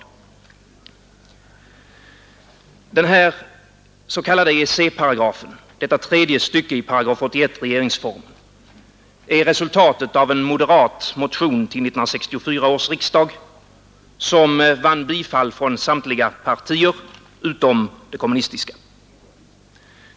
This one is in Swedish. Detta tredje stycke i 81 § regeringsformen, den s.k. EEC-paragrafen, är resultatet av en moderat motion till 1964 års riksdag som vann bifall från samtliga partier utom det kommunistiska.